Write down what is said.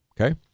Okay